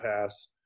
pass